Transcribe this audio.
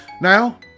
Now